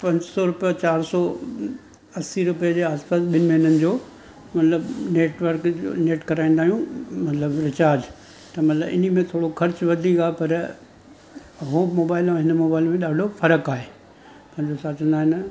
पंज सौ रुपए चारि सौ असीं रुपए जे आस पास ॿिनि महीननि जो मतिलबु नेटवर्क नेट कराईंदा आहियूं मतिलबु रिचार्ज त मतिलबु इन में थोरो ख़र्चु वधीक आहे पर उहो मोबाइल ऐं हिन मोबाइल में ॾाढो फ़र्क़ु आहे पंहिंजो छा चवंदा आहिनि